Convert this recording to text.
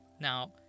Now